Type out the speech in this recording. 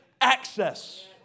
access